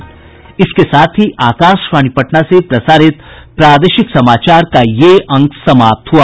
इसके साथ ही आकाशवाणी पटना से प्रसारित प्रादेशिक समाचार का ये अंक समाप्त हुआ